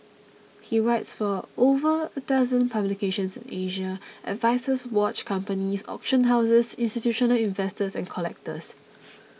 he writes for over a dozen publications in Asia and advises watch companies auction houses institutional investors and collectors